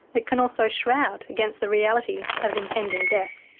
it can also shroud against the reality of impending death.